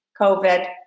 COVID